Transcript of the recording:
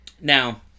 Now